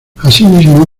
asimismo